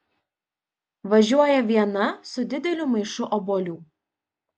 važiuoja viena su dideliu maišu obuolių